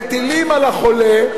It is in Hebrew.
מטילים על החולה,